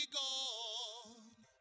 gone